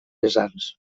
vessants